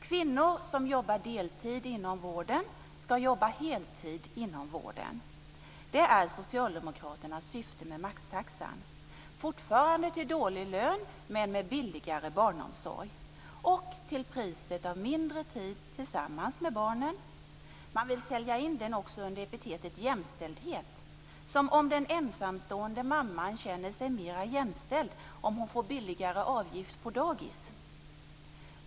Kvinnor som jobbar deltid inom vården ska jobba heltid inom vården; det är socialdemokraternas syfte med maxtaxan - fortfarande till dålig lön men med billigare barnomsorg och till priset av mindre tid tillsammans med barnen. Man vill också sälja in maxtaxan under epitetet jämställdhet - som om den ensamstående mamman känner sig mer jämställd om hon får billigare avgift på dagis!